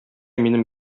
минем